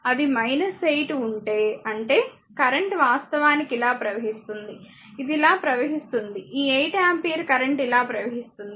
అది 8 ఉంటే అంటే కరెంట్ వాస్తవానికి ఇలా ప్రవహిస్తోంది ఇది ఇలా ప్రవహిస్తోంది ఈ 8 ఆంపియర్ కరెంట్ ఇలా ప్రవహిస్తుంది